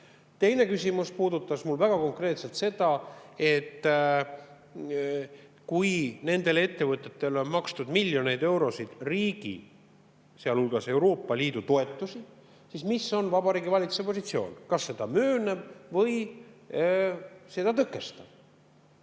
küsimus puudutas mul väga konkreetselt seda, et kui nendele ettevõtetele on makstud miljoneid eurosid riigi [toetusi], sealhulgas Euroopa Liidu toetusi, siis mis on Vabariigi Valitsuse positsioon: kas seda möönev või seda tõkestav?